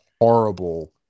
horrible